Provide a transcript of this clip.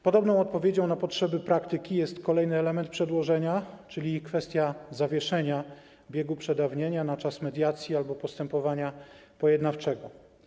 Podobną odpowiedzią na potrzeby praktyki jest kolejny element przedłożenia, czyli kwestia zawieszenia biegu przedawnienia na czas mediacji albo postępowania pojednawczego.